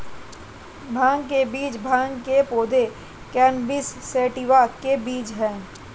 भांग के बीज भांग के पौधे, कैनबिस सैटिवा के बीज हैं